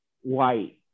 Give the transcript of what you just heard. white